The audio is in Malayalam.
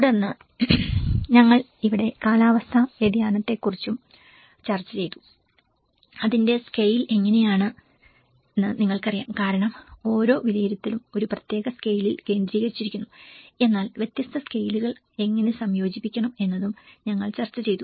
തുടർന്ന് ഞങ്ങൾ ഇവിടെ കാലാവസ്ഥാ വ്യതിയാനത്തെക്കുറിച്ചും ചർച്ച ചെയ്തു അതിന്റെ സ്കെയിൽ എങ്ങനെയെന്ന് നിങ്ങൾക്കറിയാം കാരണം ഓരോ വിലയിരുത്തലും ഒരു പ്രത്യേക സ്കെയിലിൽ കേന്ദ്രീകരിച്ചിരിക്കുന്നു എന്നാൽ വ്യത്യസ്ത സ്കെയിലുകൾ എങ്ങനെ സംയോജിപ്പിക്കണം എന്നതും ഞങ്ങൾ ചർച്ച ചെയ്തു